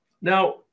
Now